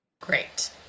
Great